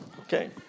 okay